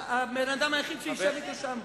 הבן-אדם היחיד שישב אתו שם,